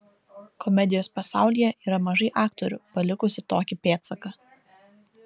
komedijos pasaulyje yra mažai aktorių palikusių tokį pėdsaką